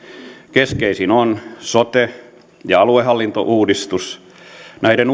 keskeisin on sote ja aluehallintouudistus näiden